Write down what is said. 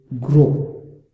grow